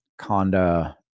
Conda